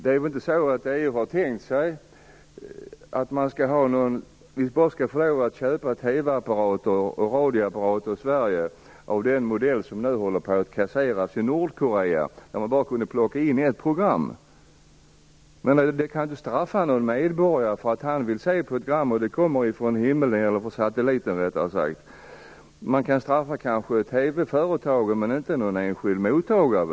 EU har väl inte tänkt sig att man i Sverige bara skall få lov att köpa TV och radioapparater av den modell som nu håller på att kasseras i Nordkorea, dvs. sådana som bara kunde ta in ett program. Man kan inte straffa en medborgare för att han eller hon vill se ett program som kommer från en satellit. Man kanske kan straffa ett TV-företag, men inte en enskild mottagare.